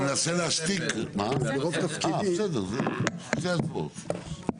אני מניח שאת גם תתייחסי להסתייגויות של הארגונים כמונו אני מניח?